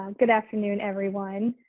um good afternoon, everyone.